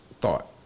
thought